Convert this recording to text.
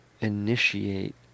initiate